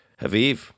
Haviv